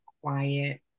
quiet